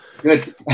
good